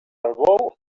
bou